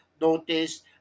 Notice